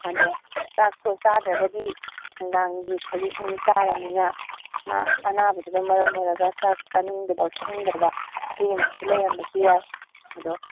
ꯑꯗꯣ ꯆꯥꯛꯇꯣ ꯆꯥꯗ꯭ꯔꯒꯗꯤ ꯅꯨꯡꯗꯥꯡꯒꯤ ꯍꯧꯖꯤꯛ ꯅꯨꯃꯤꯠ ꯇꯥꯔꯕꯅꯤꯅ ꯃꯥ ꯑꯅꯥꯕꯗꯨꯅ ꯃꯔꯝ ꯑꯣꯏꯔꯒ ꯆꯥꯛ ꯆꯥꯅꯤꯡꯗꯕ ꯈꯣꯠꯅꯤꯡꯗꯕ ꯑꯗꯨꯒꯨꯝꯕꯁꯨ ꯂꯩꯔꯝꯕꯁꯨ ꯌꯥꯏ ꯑꯗꯣ